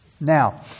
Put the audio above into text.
Now